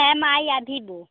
M आई अ Vivo